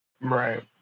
Right